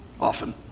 often